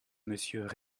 monsieur